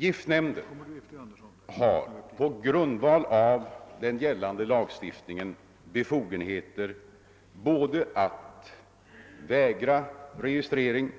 Giftnämnden har på grundval av gällande lagstiftning befogenhet både att vägra registrering